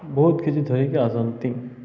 ବହୁତ କିଛି ଧରିକି ଆସନ୍ତି